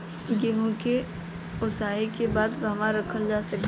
गेहूँ के ओसाई के बाद कहवा रखल जा सकत बा?